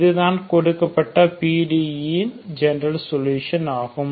இது தான் கொடுக்கப்பட்ட PDE ன் ஜெனரல் சொலுசன் ஆகும்